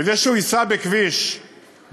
כדי שהוא ייסע בכביש בטוח,